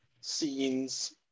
scenes